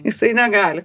jisai negali